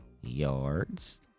yards